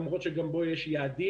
למרות שגם בו יש יעדים.